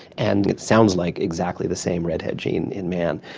and it sounds like exactly the same redhead gene in man.